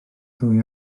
ddwy